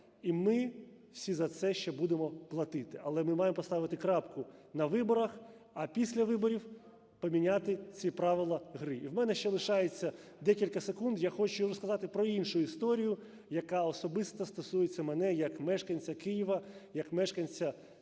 і ми всі за це ще будемо платити. Але ми маємо поставити крапку на виборах, а після виборів поміняти ці правила гри. І в мене ще лишається ще декілька секунд, я хочу розказати про іншу історію, яка особисто стосується мене як мешканця Києва, як мешканця